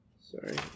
sorry